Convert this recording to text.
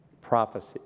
Prophecy